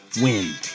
Win